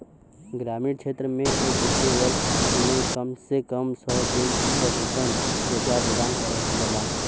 ग्रामीण क्षेत्र में एक वित्तीय वर्ष में कम से कम सौ दिन क वेतन रोजगार प्रदान करल जाला